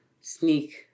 sneak